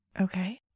Okay